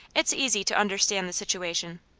it's easy to understand the situation.